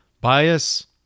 bias